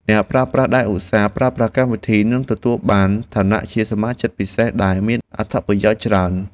អ្នកប្រើប្រាស់ដែលឧស្សាហ៍ប្រើប្រាស់កម្មវិធីនឹងទទួលបានឋានៈជាសមាជិកពិសេសដែលមានអត្ថប្រយោជន៍ច្រើន។